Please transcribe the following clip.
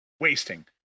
wasting